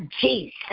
Jesus